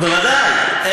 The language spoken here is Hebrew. בוודאי.